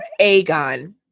Aegon